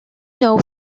know